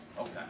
Okay